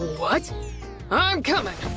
what? ah i'm comin'!